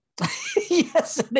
Yes